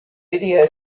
video